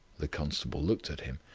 the constable looked at him.